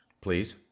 please